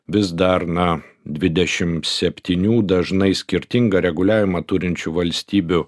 vis dar na dvidešim septynių dažnai skirtingą reguliavimą turinčių valstybių